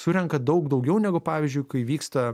surenka daug daugiau negu pavyzdžiui kai vyksta